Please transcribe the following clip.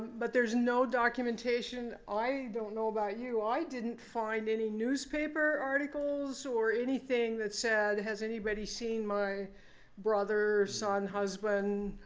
but there's no documentation. i don't know about you. i didn't find any newspaper articles or anything that said, has anybody seen my brother, son, husband,